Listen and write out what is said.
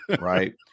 Right